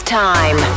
time